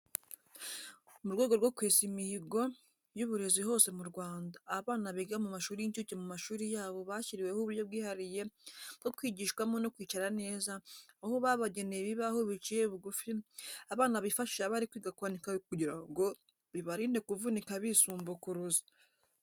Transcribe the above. Mu rwego rwo kwesa imihogo y'uburezi hose mu Rwanda, abana biga mu mashuri y'incuke mu mashuri yabo bashyiriweho uburyo bwihariye bwo kwigishwamo no kwicara neza, aho babageneye ibibaho biciye bugufi abana bifashisha bari kwiga kwandika kugira ngo bibarinde kuvunika bisumbukuruza.